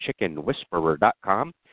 chickenwhisperer.com